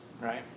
right